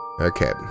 Okay